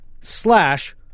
slash